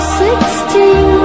sixteen